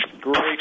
great